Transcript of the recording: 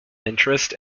interest